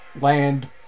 land